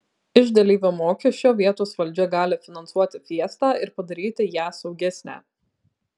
iš dalyvio mokesčio vietos valdžia gali finansuoti fiestą ir padaryti ją saugesnę